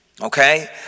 okay